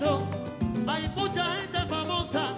no no